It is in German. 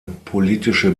politische